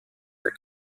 der